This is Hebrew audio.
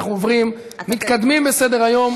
אנחנו מתקדמים בסדר-היום.